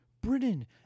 Britain